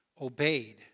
obeyed